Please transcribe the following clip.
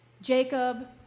Jacob